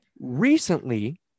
recently